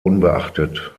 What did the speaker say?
unbeachtet